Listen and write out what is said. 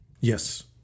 Yes